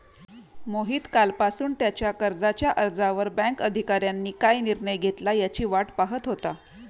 मोहित कालपासून त्याच्या कर्जाच्या अर्जावर बँक अधिकाऱ्यांनी काय निर्णय घेतला याची वाट पाहत होता